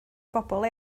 bobl